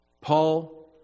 Paul